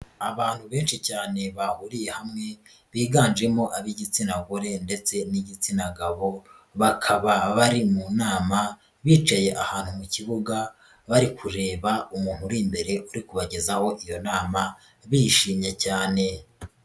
Abantu benshi cyane bahuriye hamwe biganjemo ab'igitsina gore ndetse n'igitsina gabo bakaba bari mu nama bicaye ahantu mu kibuga bari kureba umuntu uri imbere uri kubagezaho iyo nama bishimye cyane.